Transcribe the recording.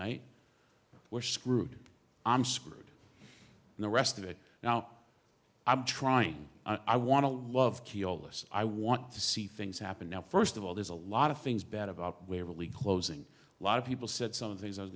night we're screwed i'm screwed and the rest of it now i'm trying i want to love keyless i want to see things happen now first of all there's a lot of things better about where we closing a lot of people said some things i was